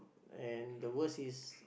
and the worst is